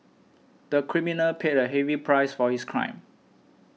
the criminal paid a heavy price for his crime